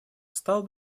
стал